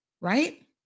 right